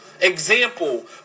example